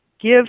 give